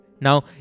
Now